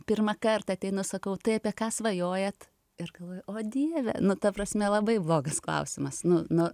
pirmąkart ateinu sakau tai apie ką svajojat ir galvoju o dieve nu ta prasme labai blogas klausimas nu nu